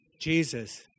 Jesus